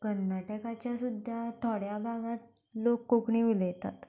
कर्नाटकाच्या सुद्दा थोड्या भागांत लोक कोंकणी उलयतात